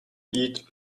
eat